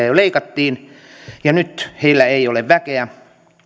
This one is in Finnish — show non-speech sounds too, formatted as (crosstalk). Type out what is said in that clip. (unintelligible) jo leikattiin ja nyt heillä ei ole väkeä